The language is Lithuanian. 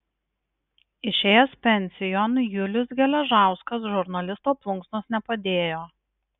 išėjęs pensijon julius geležauskas žurnalisto plunksnos nepadėjo